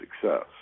success